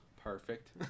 Perfect